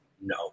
no